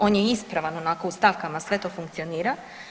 On je ispravan onako u stavkama, sve to funkcionira.